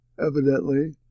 evidently